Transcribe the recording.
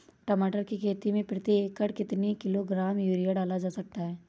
टमाटर की खेती में प्रति एकड़ कितनी किलो ग्राम यूरिया डाला जा सकता है?